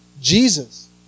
Jesus